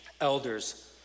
elders